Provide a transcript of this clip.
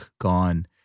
gone